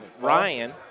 Ryan